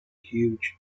huge